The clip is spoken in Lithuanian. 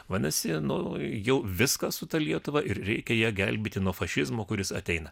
vadinasi nu jau viskas su ta lietuva ir reikia ją gelbėti nuo fašizmo kuris ateina